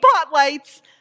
spotlights